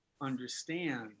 understand